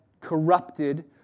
corrupted